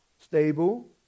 Stable